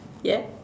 yeah